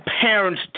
parents